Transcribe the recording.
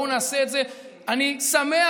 אני שמח.